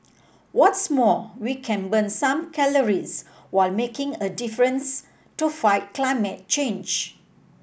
what's more we can burn some calories while making a difference to fight climate change